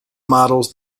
models